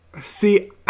See